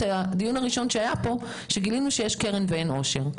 הדיון הראשון שהיה פה בו גילינו שיש קרן ואין עושר.